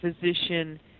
physician